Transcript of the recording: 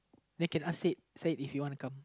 then can I say say if you wanna come